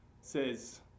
says